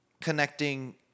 connecting